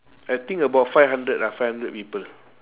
I think about five hundred ah five hundred people